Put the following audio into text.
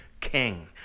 king